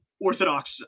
Orthodox